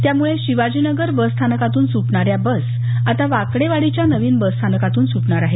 त्यामुळे शिवाजीनगर बसस्थानकातून सुटणाऱ्या बस आता वाकडेवाडीच्या नवीन बसस्थानकातून सुटणार आहेत